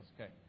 Okay